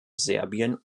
serbien